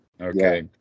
Okay